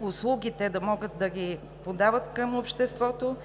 услугите, да могат да ги подават към обществото,